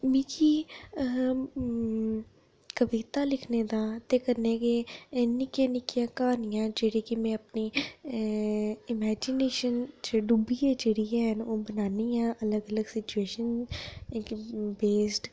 मिकी कविता लिखने दा ते कन्नै गे निक्कियां निक्कियां क्हानियां जेह्ड़ी केह् में अपनी एह् इमेजिनेशन च डुब्बियै जेह्ड़ी ऐ ओह् एह् बनानी आं अलग अलग सिचूएशन बेस्ड